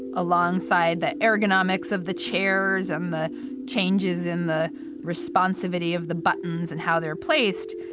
alongside that ergonomics of the chairs, and the changes in the responsivity of the buttons and how they're placed,